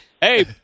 Hey